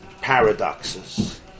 paradoxes